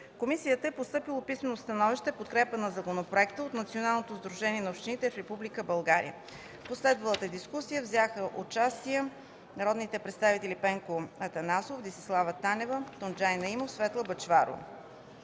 комисията е постъпило писмено становище в подкрепа на законопроекта от Националното сдружение на общините в Република България. В последвалата дискусия взеха участие народните представители Пенко Атанасов, Десислава Танева, Тунджай Наимов и Светла Бъчварова.